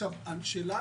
השאלה